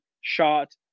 shot